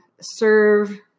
serve